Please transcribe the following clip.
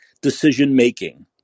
decision-making